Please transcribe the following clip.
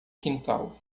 quintal